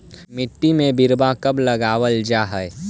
मिट्टी में बिरवा कब लगावल जा हई?